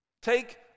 Take